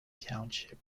township